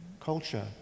culture